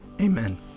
Amen